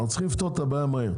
אנחנו צריכים לפתור את הבעיה מהר.